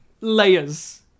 Layers